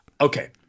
okay